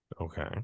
Okay